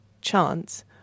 chance